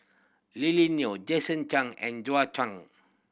Lily Neo Jason Chan and Zhou Chan